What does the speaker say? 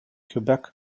quebec